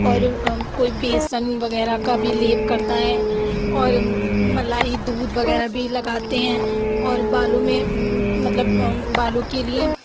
اور کوئی بیسن وغیرہ کا بھی لیپ کرتا ہے اور ملائی دودھ وغیرہ بھی لگاتے ہیں اور بالوں میں مطلب بالوں کے لیے